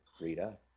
Rita